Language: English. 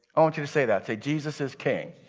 i want you to say that, say jesus is king.